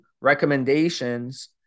recommendations